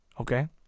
okay